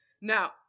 Now